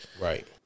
Right